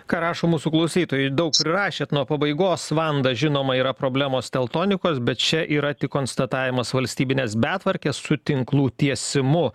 ką rašo mūsų klausytojui daug prirašėt nuo pabaigos vanda žinoma yra problemos teltonikos bet čia yra tik konstatavimas valstybinės betvarkės su tinklų tiesimu